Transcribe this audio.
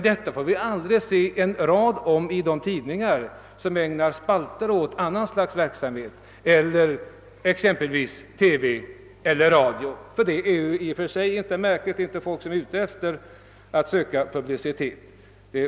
Det får vi emellertid inte se en rad om i tidningar, som ägnar spalter åt annan slags verksamhet på området, eller i radio och TV. Det är inte heller så märkligt, eftersom det inte är fråga om folk som är ute efter publicitet.